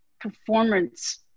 performance